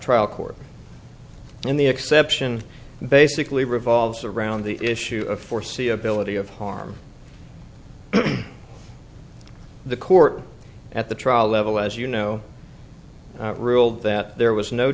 trial court and the exception basically revolves around the issue of foreseeability of harm to the court at the trial level as you know ruled that there was no